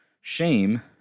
shame